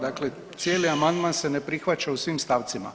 Dakle, cijeli amandman se ne prihvaća u svim stavcima.